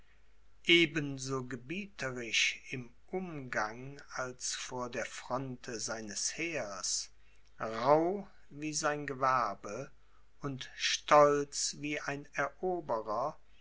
so gebieterisch im umgang als vor der fronte seines heers rauh wie sein gewerbe und stolz wie ein eroberer